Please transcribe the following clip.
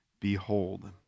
Behold